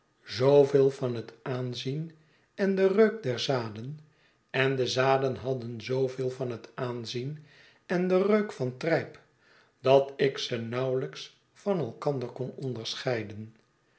zooveel van het aanzien en den reuk der zaden en de zaden hadden zooveel van het aanzien en den reuk van trijp dat ik ze nauwelijks van elkander kon onderscheiden